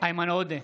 איימן עודה,